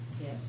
Yes